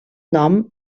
nom